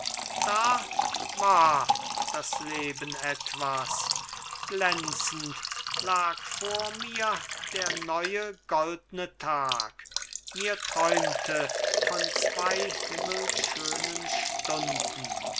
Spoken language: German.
da war das leben etwas glänzend lag vor mir der neue goldne tag mir träumte von zwei himmelschönen stunden